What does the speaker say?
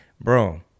bro